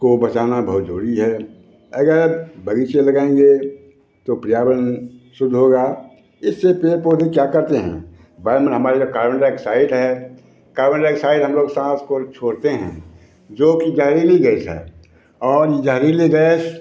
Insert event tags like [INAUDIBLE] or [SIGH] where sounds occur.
को बचाना बहुत ज़रूरी है अगर बग़ीचे लगाएँगे तो पर्यावरण शुद्ध होगा इससे पेड़ पौधे क्या करते हैं [UNINTELLIGIBLE] हमारे यहाँ कार्बन आक्साइड है कार्बनडाईआक्साइड हम लोग साँस को छोड़ते हैं जोकि ज़हरीली गैस है और यह ज़हरीली गैस